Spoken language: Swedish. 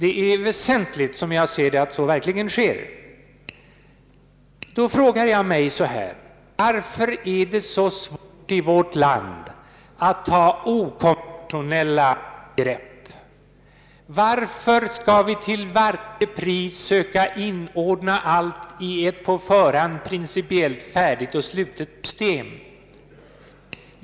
Det är, som jag ser det, väsentligt att så verkligen sker. Då frågar jag mig: Varför är det så svårt i vårt land att ta okonventionella grepp? Varför skall vi till varje pris söka inordna allt i ett på förhand principiellt färdigt och slutet system?